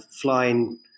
flying